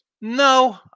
No